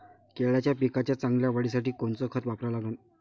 केळाच्या पिकाच्या चांगल्या वाढीसाठी कोनचं खत वापरा लागन?